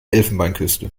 elfenbeinküste